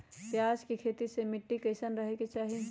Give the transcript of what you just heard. प्याज के खेती मे मिट्टी कैसन रहे के चाही?